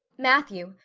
matthew,